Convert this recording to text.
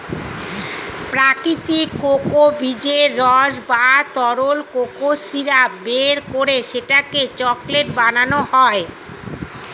প্রাকৃতিক কোকো বীজের রস বা তরল কোকো সিরাপ বের করে সেটাকে চকলেট বানানো হয়